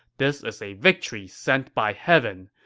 this is a victory sent by heaven.